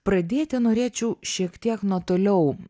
pradėti norėčiau šiek tiek nuo toliau